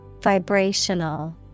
Vibrational